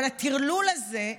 אבל הטרלול הזה,